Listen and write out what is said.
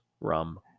rum